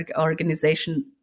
organization